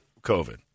COVID